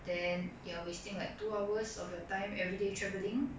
then you are wasting like two hours of your time everyday travelling